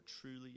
truly